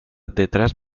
detrás